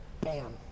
bam